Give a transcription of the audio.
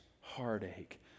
heartache